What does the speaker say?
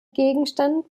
gegenstand